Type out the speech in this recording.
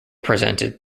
presented